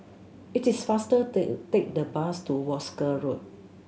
it is faster to take the bus to Wolskel Road